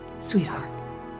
Sweetheart